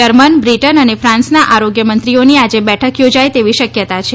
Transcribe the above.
German Britain અને ફાંસના આરોગ્યમંત્રીઓની આજે બેઠક યોજાય તેવી શક્યતા છે